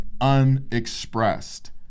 unexpressed